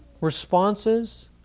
responses